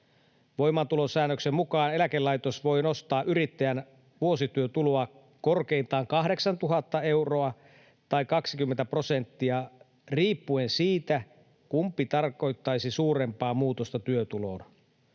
voimaantulosäännöksen mukaan eläkelaitos voi nostaa yrittäjän vuosityötuloa korkeintaan 8 000 euroa tai 20 prosenttia riippuen siitä, kumpi tarkoittaisi suurempaa muutosta työtuloon.